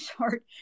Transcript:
short